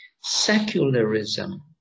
Secularism